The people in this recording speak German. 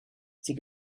sie